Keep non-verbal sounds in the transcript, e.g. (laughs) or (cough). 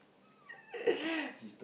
(laughs)